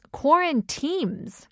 quarantines